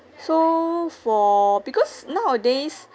so for because nowadays